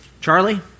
Charlie